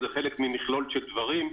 זה חלק ממכלול של דברים,